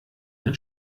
ein